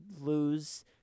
lose